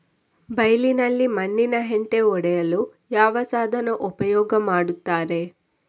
ಬೈಲಿನಲ್ಲಿ ಮಣ್ಣಿನ ಹೆಂಟೆ ಒಡೆಯಲು ಯಾವ ಸಾಧನ ಉಪಯೋಗ ಮಾಡುತ್ತಾರೆ?